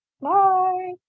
Bye